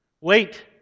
Wait